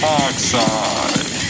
oxide